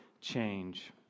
change